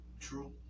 True